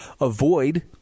avoid